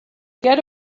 get